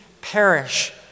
perish